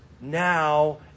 now